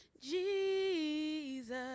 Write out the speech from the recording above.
jesus